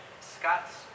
Scott's